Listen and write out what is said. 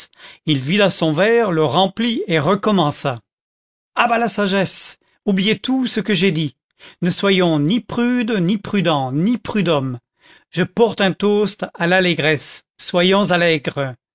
il vida son verre le remplit et recommença à bas la sagesse oubliez tout ce que j'ai dit ne soyons ni prudes ni prudents ni prud'hommes je porte un toast à l'allégresse soyons allègres